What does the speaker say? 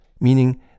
meaning